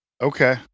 Okay